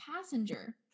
passenger